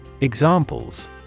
Examples